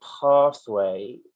pathway